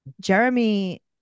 Jeremy